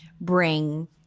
bring